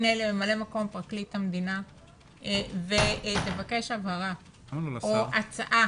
תפנה לממלא מקום פרקליט המדינה ותבקש הבהרה או הצעה